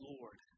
Lord